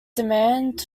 demand